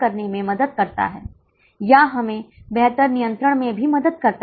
ताकि हम उनसे कम शुल्क ले सकें और अपने छात्रों के बिना किसी नुकसान के हम उन्हें केवल 108 पर ले जा सके